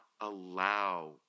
allow